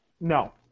No